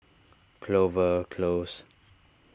Clover Close